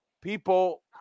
people